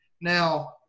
Now